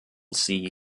see